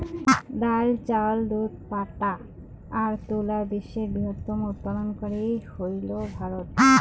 ডাইল, চাউল, দুধ, পাটা আর তুলাত বিশ্বের বৃহত্তম উৎপাদনকারী হইল ভারত